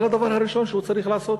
אבל הדבר הראשון שהוא צריך לעשות,